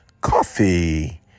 Coffee